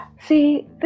See